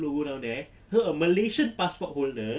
logo down there her malaysian passport holder